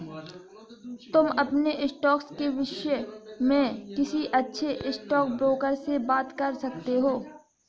तुम अपने स्टॉक्स के विष्य में किसी अच्छे स्टॉकब्रोकर से बात कर सकते हो